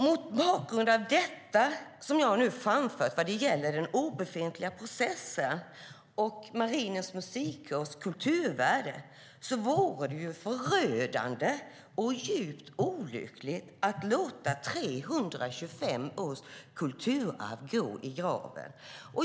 Mot bakgrund av detta som jag nu framfört vad gäller den obefintliga processen och Marinens Musikkårs kulturvärde vore det förödande och djupt olyckligt att låta 325 års kulturarv gå i graven.